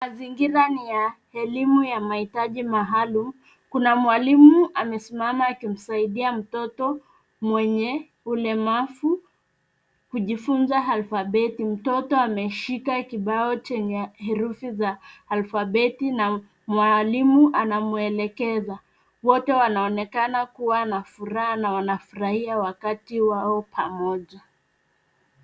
Mazingira ni ya elimu ya mahitaji maalum. Kuna mwalimu amesimama kumsaidia mtoto mwenye ulemavu kujifunza alfabeti. Mtoto ameshika kibao chenye herufi za alfabeti na mwalimu anamwelekeza. Wote wanaonekana kuwa na furaha na wanafurahia wakati wao pamoja.